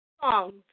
songs